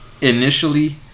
initially